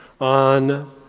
on